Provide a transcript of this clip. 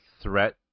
threat